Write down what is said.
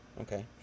okay